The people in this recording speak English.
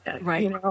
Right